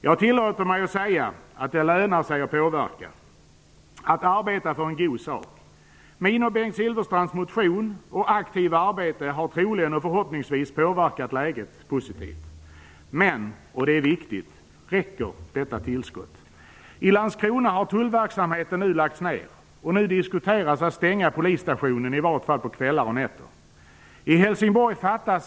Jag tillåter mig att säga att det lönar sig att påverka när man arbetar för en god sak. Min och Bengt Silfverstrands motion och aktiva arbete har troligtvis och förhoppningsvis påverkat läget positivt. Men - och det är viktigt - räcker detta tillskott? I Landskrona har tullverksamheten nu lagts ner, och man diskuterar att stänga polisstationen i varje fall på kvällar och nätter.